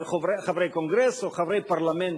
אבל חברי קונגרס או חברי פרלמנט,